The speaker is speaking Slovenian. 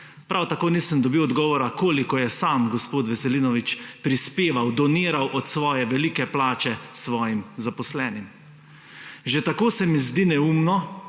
Prav tako nisem dobil odgovora koliko je sam gospod Veselinovič prispeval, doniral od svoje velike plače svojim zaposlenim. Že tako se mi zdi neumno,